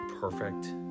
perfect